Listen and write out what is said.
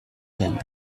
them